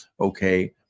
Okay